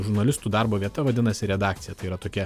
žurnalistų darbo vieta vadinasi redakcija tai yra tokia